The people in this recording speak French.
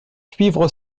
suivre